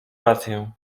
rację